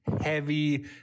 heavy